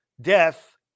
death